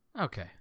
Okay